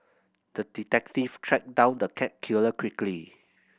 the detective tracked down the cat killer quickly